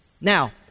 Now